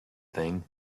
thing